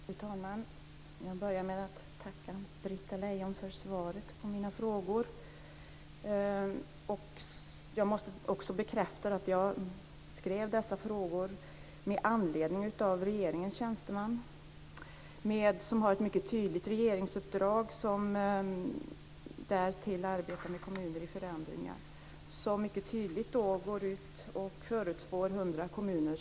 Fru talman! Jag börjar med att tacka Britta Lejon för svaren på mina frågor. Jag skrev dessa frågor med anledning av att regeringens tjänsteman, som har ett mycket tydligt regeringsuppdrag och därtill arbetar med kommuner i förändring, gick ut och förespådde nedläggningen av 100 kommuner.